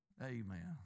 Amen